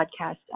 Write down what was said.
podcast